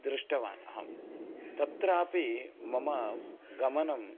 दृष्टवान् अहम् तत्रापि मम गमनम्